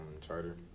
charter